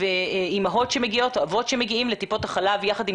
אימהות שמגיעות או אבות שמגיעים לטיפת חלב יחד עם